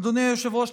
אדוני היושב-ראש,